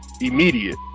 immediate